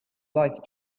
like